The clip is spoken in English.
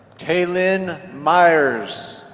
taelyn meyers.